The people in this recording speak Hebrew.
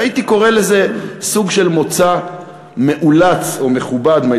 והייתי קורא לזה סוג של מוצא מאולץ, או מכובד,